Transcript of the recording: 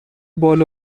بال